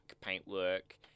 paintwork